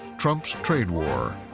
trump's trade war.